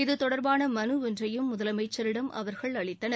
இதுதொடர்பான மனு ஒன்றையும் முதலமைச்சரிடம் அவர்கள் அளித்தனர்